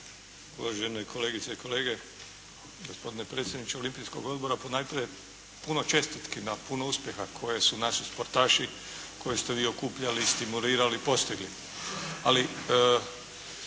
Uvažene kolegice i kolege, gospodine predsjedniče Olimpijskog odbora ponajprije puno čestitki na puno uspjeha koje su naši športaši koje ste vi okupljali i stimulirali, postigli. Ali